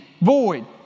void